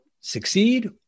succeed